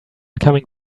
coming